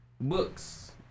books